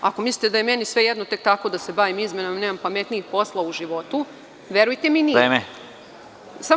Ako mislite da je meni sve jedno tek tako da se bavim izmenama i nemam pametnija posla u životu, verujte mi nije tako.